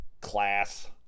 class